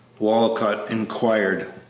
walcott inquired,